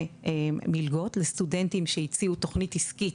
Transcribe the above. מלגות לסטודנטים שהציעו תוכנית עסקית